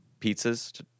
pizzas